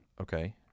Okay